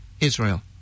Israel